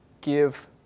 give